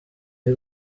y’i